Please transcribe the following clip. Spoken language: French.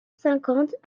cinquante